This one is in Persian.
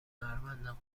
هنرمندم